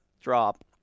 drop